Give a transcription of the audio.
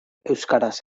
euskaraz